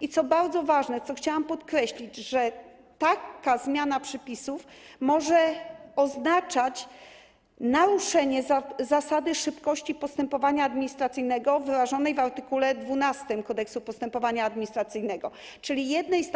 I co bardzo ważne, co chciałam podkreślić - taka zmiana przepisów może oznaczać naruszenie zasady szybkości postępowania administracyjnego wyrażonej w art. 12 Kodeksu postępowania administracyjnego, czyli jednej z